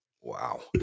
Wow